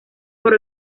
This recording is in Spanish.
por